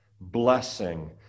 blessing